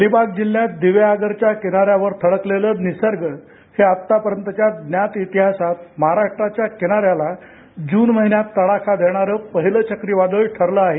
अलिबाग जिल्ह्यात दिवेआगरच्या किनाऱ्यावर थडकलेलं निसर्ग हे आतापर्यंतच्या ज्ञात इतिहासात महाराष्ट्राच्या किनाऱ्याला जून महिन्यात तडाखा देणारं पहिलं चक्रीवादळ ठरलं आहे